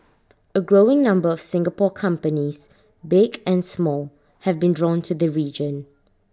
A growing number of Singapore companies big and small have been drawn to the region